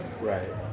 Right